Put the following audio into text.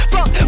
Fuck